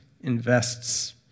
invests